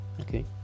okay